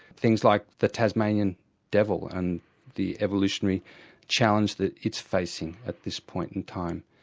things like the tasmanian devil and the evolutionary challenge that it's facing at this point in time.